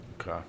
Okay